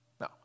No